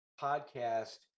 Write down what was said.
podcast